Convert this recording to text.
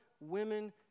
women